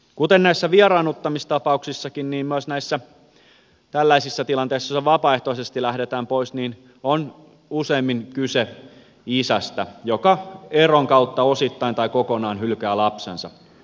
kuten näissä vieraannuttamistapauksissa myös tällaisissa tilanteissa joissa vapaaehtoisesti lähdetään pois on useimmin kyse isästä joka eron kautta osittain tai kokonaan hylkää lapsensa